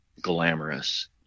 glamorous